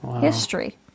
history